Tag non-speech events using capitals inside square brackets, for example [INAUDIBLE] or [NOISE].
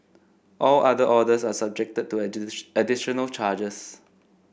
all other orders are subjected to [UNINTELLIGIBLE] additional charges